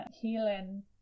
healing